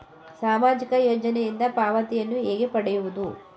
ಸಾಮಾಜಿಕ ಯೋಜನೆಯಿಂದ ಪಾವತಿಯನ್ನು ಹೇಗೆ ಪಡೆಯುವುದು?